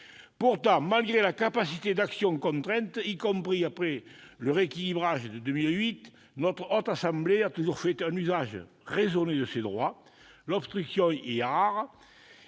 Pourtant, malgré sa capacité d'action contrainte, y compris après le rééquilibrage institutionnel de 2008, la Haute Assemblée a toujours fait un usage raisonné de ses droits : l'obstruction y est rare